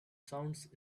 sounds